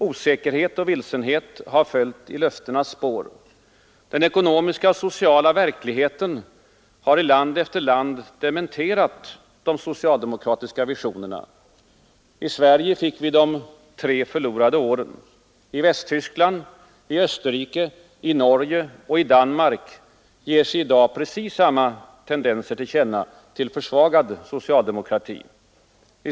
Osäkerhet och vilsenhet har följt i deras spår. Den ekonomiska och sociala verkligheten har i land efter land dementerat de socialdemokratiska visionerna. I Sverige fick vi de tre ”förlorade åren”. I Västtyskland, i Österrike, i Norge och i Danmark ger sig i dag precis samma tendenser till försvagad socialdemokrati till känna.